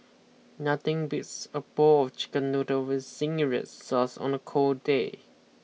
nothing beats a bowl of chicken noodles with zingy red sauce on a cold day